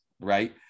Right